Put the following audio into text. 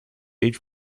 aged